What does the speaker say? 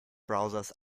browsers